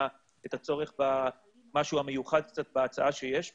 הצורך במשהו המיוחד קצת בהצעה שיש פה.